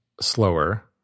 slower